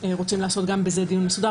ואנחנו רוצים גם בזה לעשות דיון מסודר,